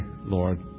Lord